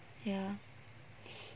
ya